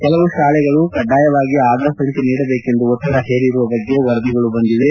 ಕೆಲವು ಶಾಲೆಗಳು ಕಡ್ವಾಯವಾಗಿ ಆಧಾರ್ ಸಂಬ್ಕೆ ನೀಡಬೇಕೆಂದು ಒತ್ತಡ ಹೇರಿರುವ ಬಗ್ಗೆ ವರದಿಗಳು ಬಂದಿವೆ